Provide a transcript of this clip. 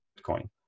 Bitcoin